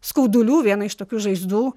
skaudulių viena iš tokių žaizdų